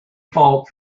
fault